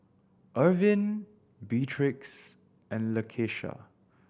Ervin Beatrix and Lakeisha